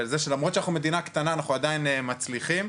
שלמרות שאנחנו מדינה קטנה אנחנו עדיין מצליחים,